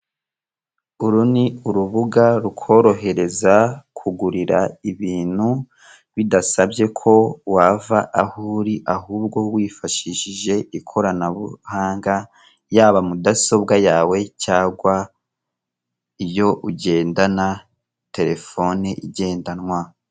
Uru ni urubuga rukorohereza kugurira ibintu bidasabye ko wava aho uri ahubwo wifashishije ikoranabuhanga, yaba mudasobwa yawe cyangwa iyo ugendana terefone igendanwa